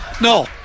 No